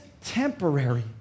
temporary